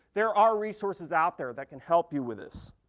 there are resources out there that can help you with this.